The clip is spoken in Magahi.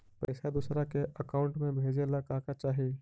पैसा दूसरा के अकाउंट में भेजे ला का का चाही?